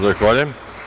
Zahvaljujem.